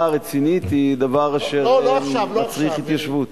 רצינית היא דבר אשר מצריך התחשבות.